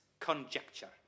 Conjecture